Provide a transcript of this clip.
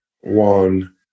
one